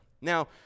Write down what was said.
Now